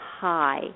high